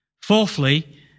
Fourthly